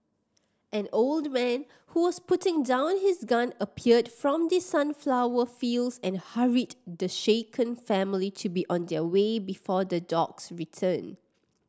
an old man who was putting down his gun appeared from the sunflower fields and hurried the shaken family to be on their way before the dogs return